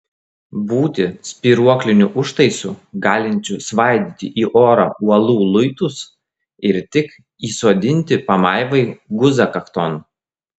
būti spyruokliniu užtaisu galinčiu svaidyti į orą uolų luitus ir tik įsodinti pamaivai guzą kakton